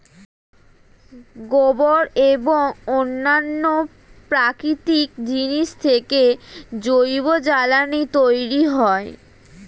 গোবর এবং অন্যান্য প্রাকৃতিক জিনিস থেকে জৈব জ্বালানি তৈরি হয়